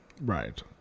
Right